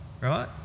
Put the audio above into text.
right